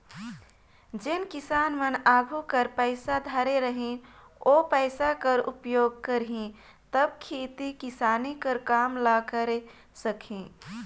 जेन किसान मन आघु कर पइसा धरे रही ओ पइसा कर उपयोग करही तब खेती किसानी कर काम ल करे सकही